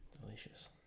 Delicious